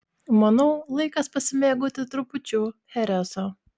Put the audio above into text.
manau laikas pasimėgauti trupučiu chereso